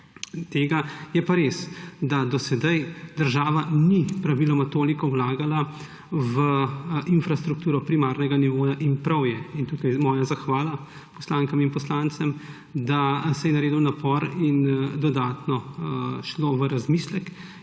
Je pa res, da do sedaj država ni praviloma toliko vlagala v infrastrukturo primarnega nivoja. In prav je – in tukaj moja zahvala poslankam in poslancem –, da se je naredil napor in dodatno šlo v razmislek